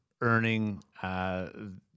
earning